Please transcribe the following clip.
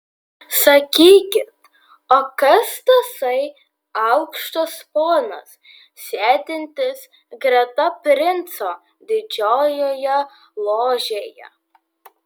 sakykit o kas tasai aukštas ponas sėdintis greta princo didžiojoje ložėje